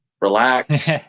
Relax